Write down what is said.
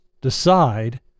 decide